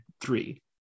three